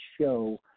show